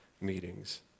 meetings